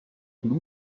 blue